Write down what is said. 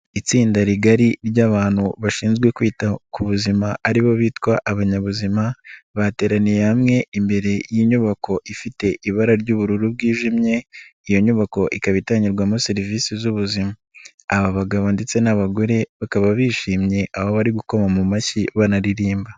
Itsinda rigari ry'abantu bashinzwe kwita ku buzima ari bo bitwa abanyabuzima bateraniye hamwe imbere y'inyubako ifite ibara ry'ubururu bwiyijimye iyo nyubako ikaba itangirwamo serivisi z'ubuzima, aba bagabo ndetse n'abagore bakaba bishimye aho bari gukoma mu mashyi banaririmba.